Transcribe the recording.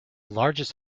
largest